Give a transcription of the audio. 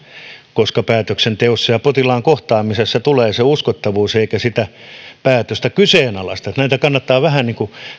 koska päätöksenteossa ja potilaan kohtaamisessa tulee se uskottavuus eikä sitä päätöstä kyseenalaisteta niin että näitä kannattaa vähän